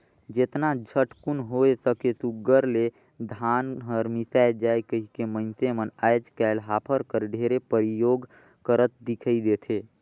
जेतना झटकुन होए सके सुग्घर ले धान हर मिसाए जाए कहिके मइनसे मन आएज काएल हापर कर ढेरे परियोग करत दिखई देथे